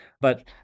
But-